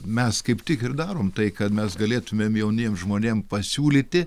mes kaip tik ir darom tai kad mes galėtumėm jauniem žmonėm pasiūlyti